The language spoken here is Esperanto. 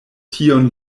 tion